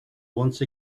once